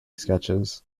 sketches